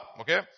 Okay